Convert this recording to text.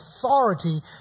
authority